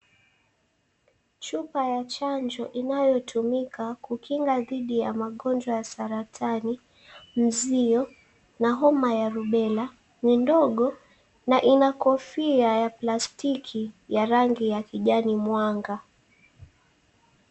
Chupa ya chanjo inayotumika kukinga dhidi ya magonjwa ya saratani, nzio na homa ya rubela ni ndogo na ina kofia ya plastiki ya rangi ya kijani mwanga.